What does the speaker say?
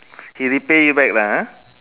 he repay you back lah !huh!